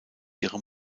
ihre